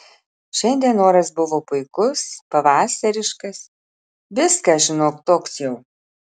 šiandien oras buvo puikus pavasariškas viską žinok toks jau